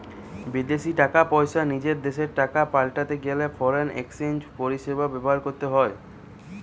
বিদেশী টাকা পয়সা নিজের দেশের টাকায় পাল্টাতে গেলে ফরেন এক্সচেঞ্জ পরিষেবা ব্যবহার করতে হবে